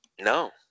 no